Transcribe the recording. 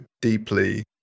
deeply